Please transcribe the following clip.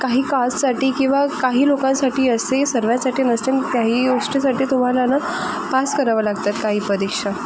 काही काळासाठी किंवा काही लोकांसाठी असे सर्वांसाठी नसते ना त्याही गोष्टीसाठी तुम्हाला ना पास करावा लागतात काही परीक्षा